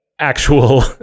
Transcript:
Actual